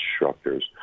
instructors